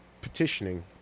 petitioning